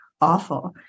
awful